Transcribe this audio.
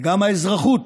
והן האזרחות